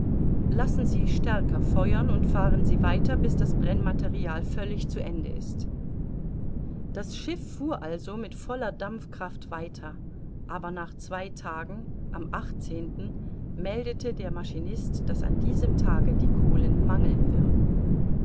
lassen sie stärker feuern und fahren sie weiter bis das brennmaterial völlig zu ende ist das schiff fuhr also mit voller dampfkraft weiter aber nach zwei tagen am meldete der maschinist daß an diesem tage die kohlen mangeln würden